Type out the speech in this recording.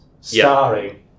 starring